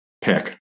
pick